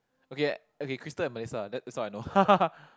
okay okay Crystal and Melissa that's that's all I know